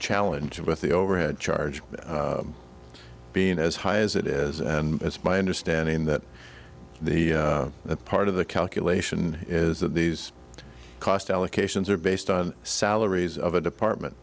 challenge with the overhead charge being as high as it is and it's my understanding that the a part of the calculation is that these cost allocations are based on salaries of a department